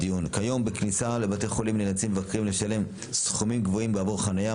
כיום בכניסה לבית חולים נאלצים מבקרים לשלם סכומים גבוהים בעבור חניה.